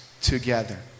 together